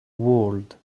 world